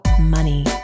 money